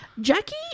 Jackie